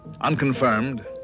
Unconfirmed